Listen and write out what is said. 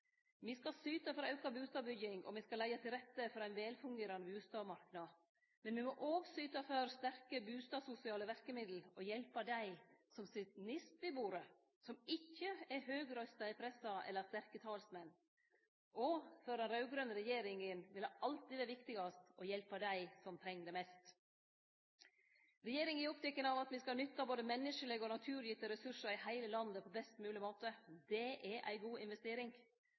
Me skal syte for auka bustadbygging, me skal leggje til rette for ein velfungerande bustadmarknad. Men me må òg syte for sterke bustadsosiale verkemiddel og hjelpe dei som sit nedst ved bordet, som ikkje er høgrøysta i pressa eller har sterke talsmenn. Og for den raud-grøne regjeringa vil det alltid vere viktigast å hjelpe dei som treng det mest. Regjeringa er oppteken av at me skal nytte både menneskelege og naturgitte ressursar i heile landet på best mogleg måte. Det er ei god investering.